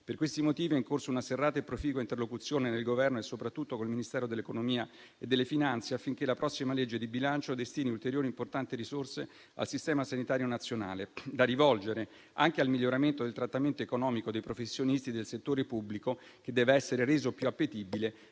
Per questi motivi è in corso una serrata e proficua interlocuzione nel Governo, soprattutto con il Ministero dell'economia e delle finanze, affinché la prossima legge di bilancio destini ulteriori e importanti risorse al Sistema sanitario nazionale da rivolgere anche al miglioramento del trattamento economico dei professionisti del settore pubblico, che deve essere reso più appetibile,